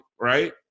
right